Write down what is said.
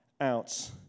out